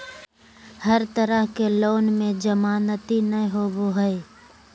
हर तरह के लोन में जमानती नय होबो हइ